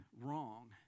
wrong